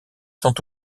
sont